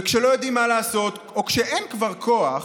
וכשלא יודעים מה לעשות או כשאין כבר כוח